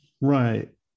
right